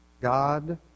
God